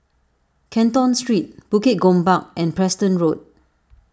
Canton Street Bukit Gombak and Preston Road